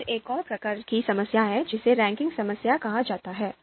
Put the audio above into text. फिर एक और प्रकार की समस्या है जिसे रैंकिंग समस्या कहा जाता है